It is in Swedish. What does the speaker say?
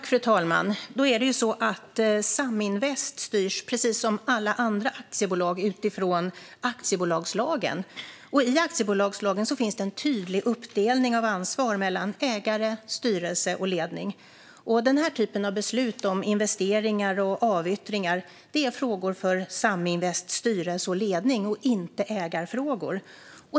Fru talman! Saminvest styrs, precis som alla andra aktiebolag, utifrån aktiebolagslagen. I aktiebolagslagen finns det en tydlig uppdelning av ansvar mellan ägare, styrelse och ledning. Den här typen av beslut om investeringar och avyttringar är frågor för Saminvests styrelse och ledning, inte ägarfrågor.